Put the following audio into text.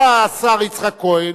בא השר יצחק כהן,